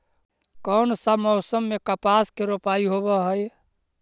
कोन सा मोसम मे कपास के रोपाई होबहय?